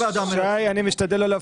לא.